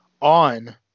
on